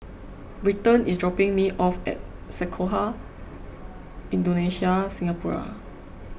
Britton is dropping me off at Sekolah Indonesia Singapura